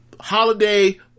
Holiday